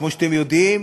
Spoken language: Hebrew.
כמו שאתם יודעים,